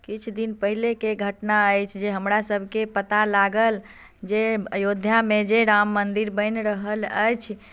किछु दिन पहिले के घटना अछि जे हमरासबके पता लागल जे अयोध्या मे जे राम मन्दिर बनि रहल अछि